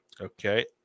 Okay